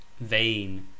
Vain